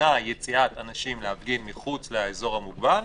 שתמנע יציאת אנשים להפגין מחוץ לאזור המוגבל,